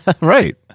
Right